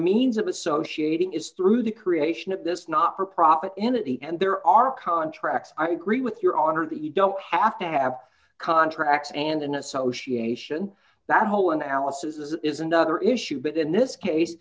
means of associated is through the creation of this not for profit entity and there are contracts i agree with your honor that you don't have to have a contract and an association that whole analysis is another issue but in this case